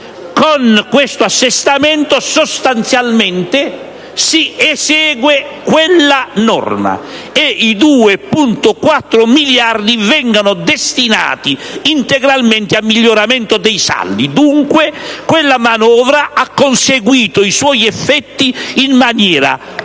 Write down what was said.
Con questo assestamento sostanzialmente si esegue quella norma, e i 2,4 miliardi vengono destinati integralmente al miglioramento dei saldi. Dunque, quella manovra ha conseguito i suoi effetti in maniera assai